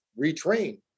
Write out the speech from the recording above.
retrain